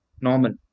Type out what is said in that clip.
normal